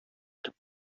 итеп